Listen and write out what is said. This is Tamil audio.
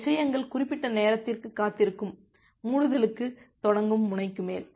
விஷயங்கள் குறிப்பிட்ட நேரத்திற்கு காத்திருக்கும் மூடுதலுக்குத் தொடங்கும் முனைக்கு மேல்